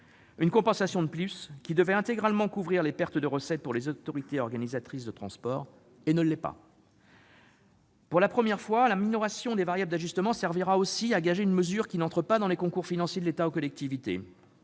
une compensation de plus qui, censée couvrir intégralement des pertes de recettes- ici, pour les autorités organisatrices de transport -, n'est pas complète. Pour la première fois, la minoration des variables d'ajustement servira aussi à gager une mesure qui n'entre pas dans les concours financiers de l'État aux collectivités